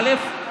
א.